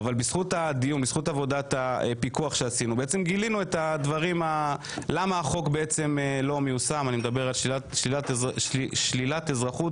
בזכות עבודת הפיקוח שעשינו גילינו למה החוק של שלילת אזרחות